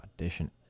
audition